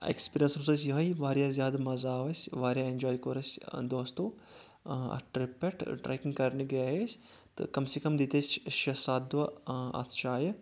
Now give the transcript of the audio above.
experience اوس اَسہِ یِہوے واریاہ زیادٕ مزٕ آو اسہِ واریاہ انجاے کوٚر اَسہِ دوستَو اَتھ ٹرِپ پٮ۪ٹھ ٹریکِنگ کرنہِ گٔیے أسۍ تہٕ کم سے کم دِتۍ اَسہِ شےٚ سَتھ دۄہ اَتھ جایہِ